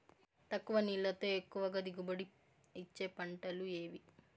తక్కువ నీళ్లతో ఎక్కువగా దిగుబడి ఇచ్చే పంటలు ఏవి?